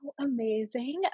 Amazing